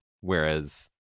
Whereas